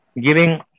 giving